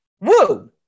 Woo